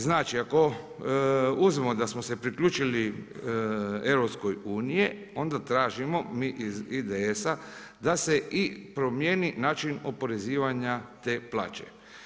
Znači, ako uzmemo da smo se priključili EU onda tražimo mi iz IDS-a da se i promijeni način oporezivanja te plaće.